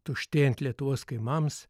tuštėjant lietuvos kaimams